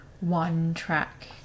one-track